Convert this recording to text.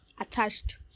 Attached